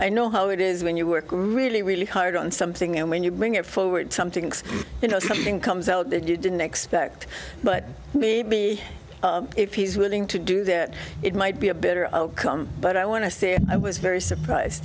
i know how it is when you work really really hard on something and when you bring it forward something you know something comes out that you didn't expect but maybe if he's willing to do that it might be a better outcome but i want to say i was very surprised